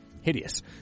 Hideous